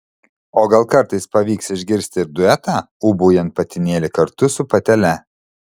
o gal kartais pavyks išgirsti ir duetą ūbaujant patinėlį kartu su patele